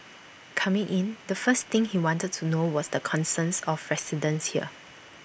coming in the first thing he wanted to know was the concerns of residents here